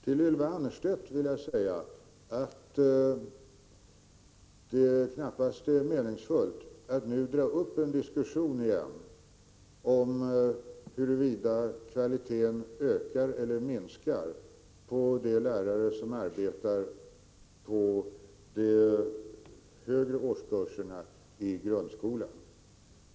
Till Ylva Annerstedt vill jag säga att det knappast är meningsfullt att nu dra upp en diskussion igen om huruvida kvaliteten ökar eller minskas hos lärarna i de högre årskurserna i grundskolan.